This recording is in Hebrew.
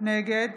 נגד